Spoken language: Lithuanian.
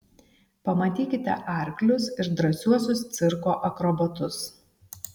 pamatykite arklius ir drąsiuosius cirko akrobatus